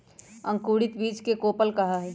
अंकुरित बीज के कोपल कहा हई